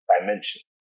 dimension